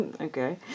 Okay